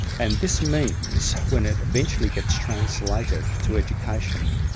and this means, when it eventually gets translated to education,